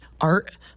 art